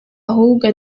ahubwo